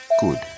good